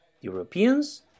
Europeans